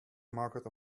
market